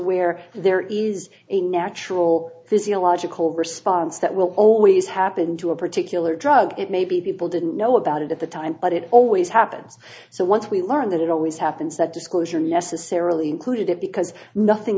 aware there is a natural physiological response that will always happen to a particular drug that maybe people didn't know about it at the time but it always happens so once we learn that it always happens that disclosure necessarily included it because nothing